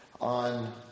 on